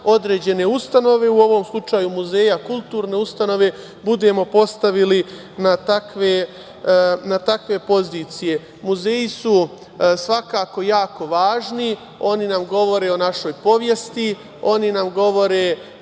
određene ustanove, u ovom slučaju muzeja, kulturne ustanove, budemo postavili na takve pozicije. Muzeji su svakako jako važni. Oni nam govore o našoj istoriji, oni nam govore